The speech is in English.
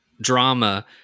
drama